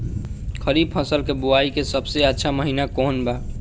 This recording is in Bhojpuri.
खरीफ फसल के बोआई के सबसे अच्छा महिना कौन बा?